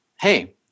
Hey